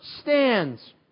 stands